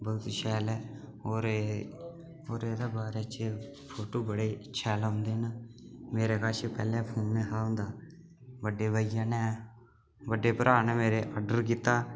बोह्त शैल ऐ होर एह्दे होर एह्दे बारै च फोटू बड़े शैल औंदे न मेरे कश पैह्ले फोन नेईं हा होन्दा बड़े भाइये ने बड्डे भ्राऽ ने मेरे आर्डर कीता